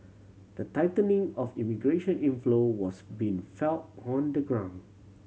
the tightening of immigration inflow was being felt on the ground